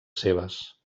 seves